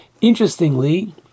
Interestingly